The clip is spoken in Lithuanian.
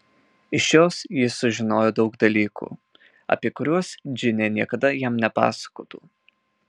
iš jos jis sužinojo daug dalykų apie kuriuos džinė niekada jam nepasakotų